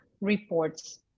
reports